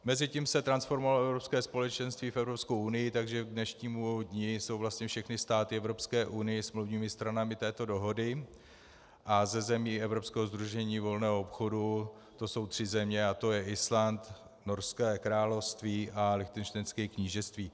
Mezitím se transformovalo Evropské společenství v Evropskou unii, takže k dnešnímu dni jsou vlastně všechny státy v Evropské unii smluvními stranami této dohody a ze zemí Evropského sdružení volného obchodu to jsou tři země, a to je Island, Norské království a Lichtenštejnské knížectví.